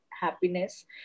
happiness